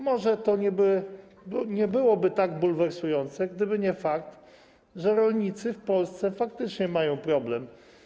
Może to nie byłoby tak bulwersujące, gdyby nie fakt, że rolnicy w Polsce faktycznie mają problem.